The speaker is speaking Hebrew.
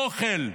אוכל,